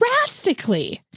drastically